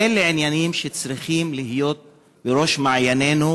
אלה עניינים שצריכים להיות בראש מעייננו,